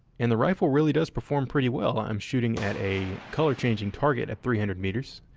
and the rifle really does perform pretty well. i'm shooting at a color changing target at three hundred meters.